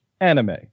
anime